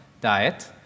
diet